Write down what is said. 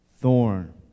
thorn